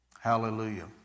Hallelujah